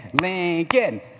Lincoln